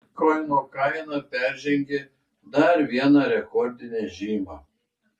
bitkoino kaina peržengė dar vieną rekordinę žymą